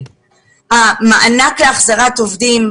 המענק להחזרת עובדים,